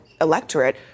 electorate